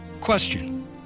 question